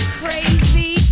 crazy